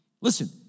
Listen